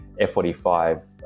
f45